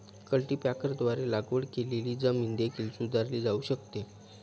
कल्टीपॅकरद्वारे लागवड केलेली जमीन देखील सुधारली जाऊ शकते